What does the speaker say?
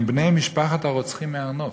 הם בני משפחת הרוצחים בהר-נוף,